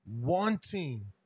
wanting